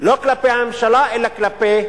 לא כלפי הממשלה אלא כלפי